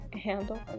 Handle